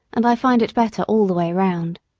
and i find it better all the way round.